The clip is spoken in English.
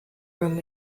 room